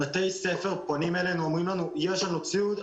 בתי ספר פונים אלינו ואמרים לנו: יש לנו ציוד,